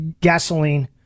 gasoline